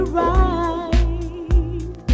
right